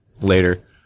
later